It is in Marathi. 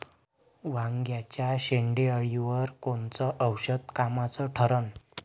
वांग्याच्या शेंडेअळीवर कोनचं औषध कामाचं ठरन?